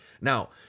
Now